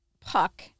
Puck